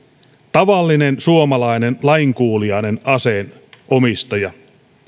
tavallinen suomalainen lainkuuliainen aseenomistaja